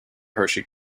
hershey